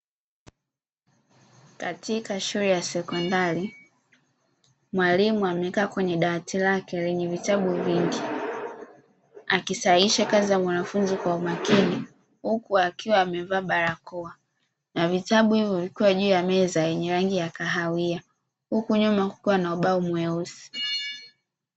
Katika shule ya sekondari mwalimu amekaa kwenye dawati lake lenye vitabu vingi akisahisha kazi za wanafunzi kwa umakini, huku akiwa amevaa barakoa na vitabu hivyo vilikuwa juu ya meza yenye rangi ya kahawia; huku nyuma huku kukiwa na ubao mweusi.